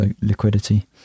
liquidity